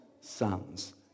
sons